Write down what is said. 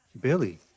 Billy